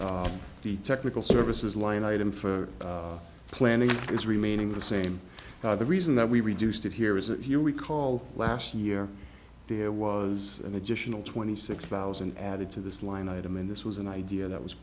the technical services line item for planning is remaining the same the reason that we reduced it here is that here we call last year there was an additional twenty six thousand added to this line item in this was an idea that was